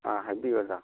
ꯑꯥ ꯍꯥꯏꯕꯤꯎ ꯑꯣꯖꯥ